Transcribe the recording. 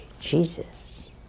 Jesus